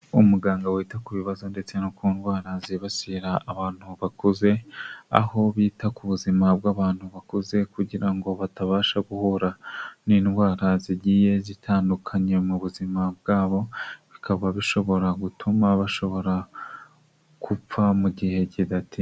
Umuganga wita ku bibazo ndetse no ku ndwara zibasira abantu bakuze. Aho bita ku buzima bw'abantu bakuze kugira ngo batabasha guhura n'indwara zigiye zitandukanye mu buzima bwabo, bikaba bishobora gutuma bashobora kupfa mu gihe kidati.